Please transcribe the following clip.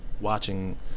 watching